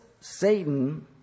Satan